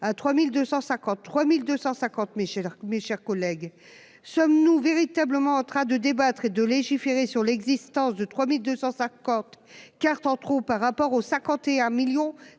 253250 Michalak, mes chers collègues, sommes-nous véritablement en train de débattre et de légiférer sur l'existence de 3200 sa cote carte en trop par rapport aux 51 millions